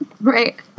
Right